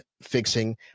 fixing